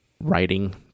writing